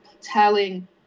telling